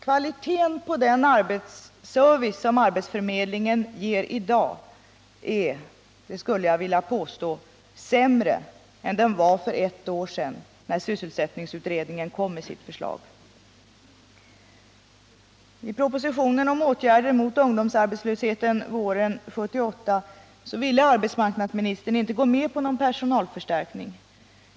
Kvaliteten på den service arbetsförmedlingen ger är i dag, skulle jag vilja påstå, sämre än den var för ett år sedan när sysselsättningsutredningen kom med sitt förslag. I propositionen om åtgärder mot ungdomsarbetslösheten våren 1978 ville arbetsmarknadsministern inte gå med på någon personalförstärkning.